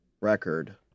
record